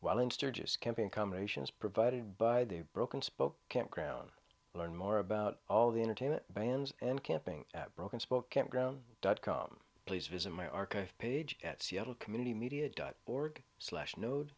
while in sturgis camping combinations provided by the broken spoke campground learn more about all the entertainment vans and camping at broken spoke campground dot com please visit my archive page at seattle community media dot org slash node